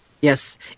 Yes